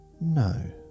No